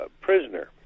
prisoner